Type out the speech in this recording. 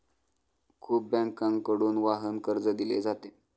खूप बँकांकडून वाहन कर्ज दिले जाते